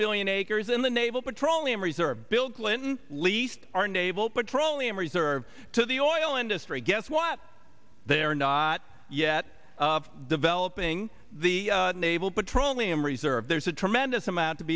million acres in the naval petroleum reserve bill clinton least our naval petroleum reserve to the oil industry guess what they are not yet developing the naval petroleum reserve there's a tremendous amount to